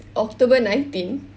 October nineteen